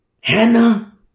Hannah